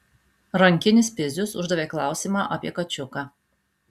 rankinis pizius uždavė klausimą apie kačiuką